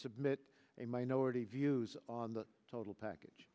submit a minority views on the total package